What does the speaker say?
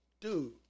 Dude